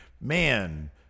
man